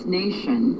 nation